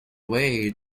way